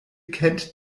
kennt